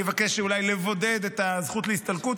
אני אבקש אולי לבודד את הזכות להסתלקות,